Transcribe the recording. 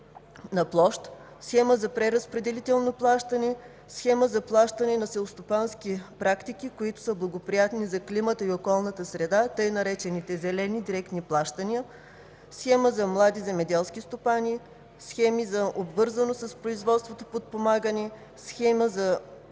на площ, Схема за преразпределително плащане, Схема за плащане на селскостопански практики, които са благоприятни за климата и околната среда, тъй наречените „зелени директни плащания”, Схема за млади земеделски стопани, схеми за обвързано с производството подпомагане, Схема за